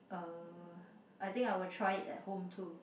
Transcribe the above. uh I think I will try it at home too